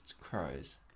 crows